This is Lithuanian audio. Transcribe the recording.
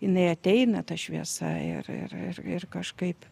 jinai ateina ta šviesa ir ir ir ir kažkaip